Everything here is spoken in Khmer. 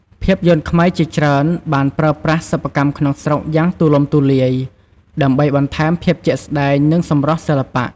ភាពយន្តខ្មែរជាច្រើនបាន ប្រើប្រាស់សិប្បកម្មក្នុងស្រុកយ៉ាងទូលំទូលាយ ដើម្បីបន្ថែមភាពជាក់ស្តែង និងសម្រស់សិល្បៈ។